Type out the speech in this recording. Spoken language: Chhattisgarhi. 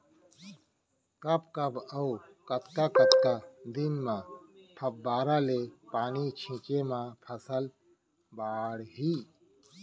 कब कब अऊ कतका कतका दिन म फव्वारा ले पानी छिंचे म फसल बाड़ही?